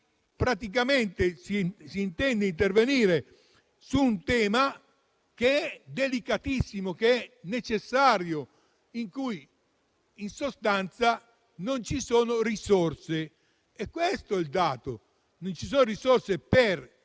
Praticamente, si intende intervenire su un tema delicatissimo, che è necessario e per il quale, in sostanza, non ci sono risorse. Questo è il dato: non ci sono risorse per